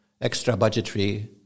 extra-budgetary